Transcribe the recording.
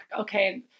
okay